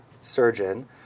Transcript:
surgeon